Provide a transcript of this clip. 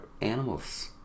animals